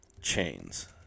chains